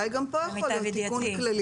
אולי גם פה יכול להיות תיקון כללי,